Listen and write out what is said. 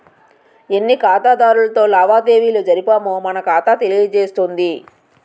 ఎన్ని ఖాతాదారులతో లావాదేవీలు జరిపామో మన ఖాతా తెలియజేస్తుంది